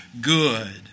good